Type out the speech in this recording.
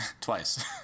Twice